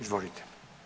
Izvolite.